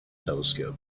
telescope